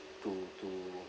to to